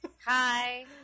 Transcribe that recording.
Hi